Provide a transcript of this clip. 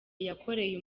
yakoreye